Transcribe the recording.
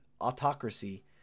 autocracy